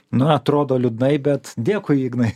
na atrodo liūdnai bet dėkui ignai